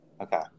Okay